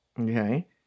okay